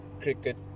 cricket